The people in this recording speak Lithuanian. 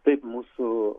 taip mūsų